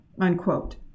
unquote